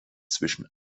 zwischen